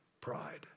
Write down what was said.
Pride